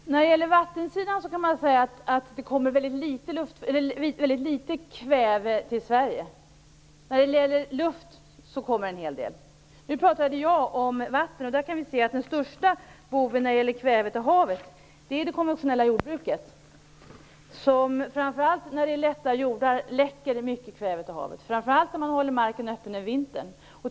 Herr talman! Vattenvägen kan man säga att det kommer väldigt litet kväve till Sverige. Genom luft kommer en hel del. Nu pratade jag om vatten, och där kan vi se att den största boven när det gäller kvävet i havet är det konventionella jordbruket. Framför allt när det är lätta jordar läcker det mycket kväve till havet, särskilt om man håller marken öppen över vintern.